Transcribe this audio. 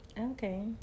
Okay